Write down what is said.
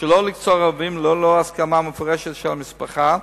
שלא לקצור איברים ללא הסכמה מפורשת של המשפחה,